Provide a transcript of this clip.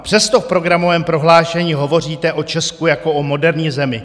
Přesto v programovém prohlášení hovoříte o Česku jako o moderní zemi.